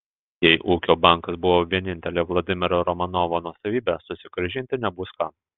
jei ūkio bankas buvo vienintelė vladimiro romanovo nuosavybė susigrąžinti nebus ką